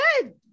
good